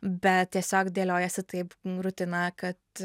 bet tiesiog dėliojasi taip rutina kad